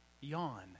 Yawn